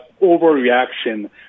overreaction